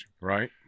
right